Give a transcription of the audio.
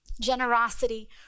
Generosity